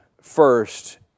first